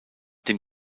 dem